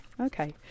Okay